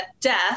death